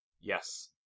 yes